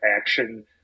action